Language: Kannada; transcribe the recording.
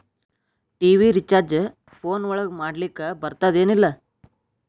ಟಿ.ವಿ ರಿಚಾರ್ಜ್ ಫೋನ್ ಒಳಗ ಮಾಡ್ಲಿಕ್ ಬರ್ತಾದ ಏನ್ ಇಲ್ಲ?